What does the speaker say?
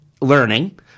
learning